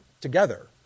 together